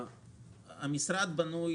המשרד בנוי